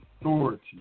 authority